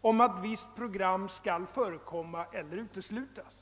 om att visst program skall förekomma eller uteslutas.